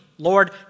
Lord